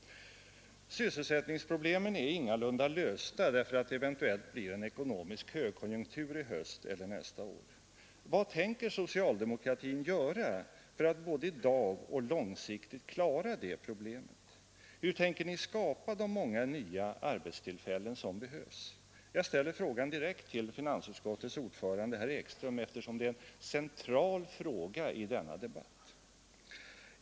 Sysselsättningsproblemen är ingalunda lösta därför att det eventuellt blir en ekonomisk högkonjunktur i höst eller nästa år. Vad tänker socialdemokratin göra för att både i dag och långsiktigt klara det problemet? Hur tänker ni skapa de många nya arbetstillfällen som behövs. Jag ställer frågan direkt till finansutskottets ordförande herr Ekström, eftersom det är en central fråga i denna debatt.